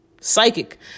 psychic